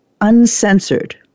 uncensored